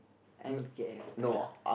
N_K_F ya